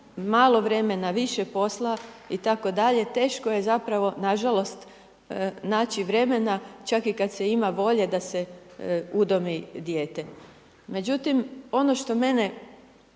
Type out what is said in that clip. malo vremena, više posla, i tako dalje, teško je zapravo, nažalost, naći vremena, čak i kad se ima volje da se udomi dijete. Međutim ono što mene